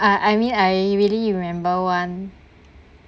I I mean I really remember one